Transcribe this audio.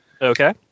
okay